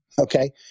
okay